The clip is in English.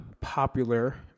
popular